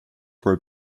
were